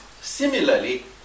similarly